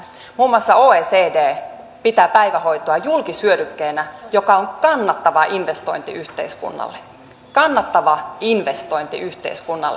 muun muassa oecd pitää päivähoitoa julkishyödykkeenä joka on kannattava investointi yhteiskunnalle kannattava investointi yhteiskunnalle